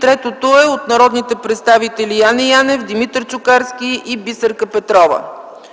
третото питане е от народните представители Яне Янев, Димитър Чукарски и Бисерка Петрова.